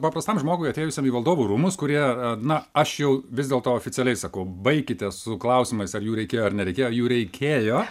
paprastam žmogui atėjusiam į valdovų rūmus kurie na aš jau vis dėl to oficialiai sakau baikite su klausimais ar jų reikėjo ar nereikėjo jų reikėjo